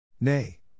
Nay